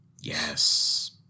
Yes